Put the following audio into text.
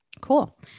Cool